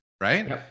Right